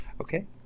Okay